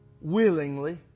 willingly